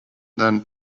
then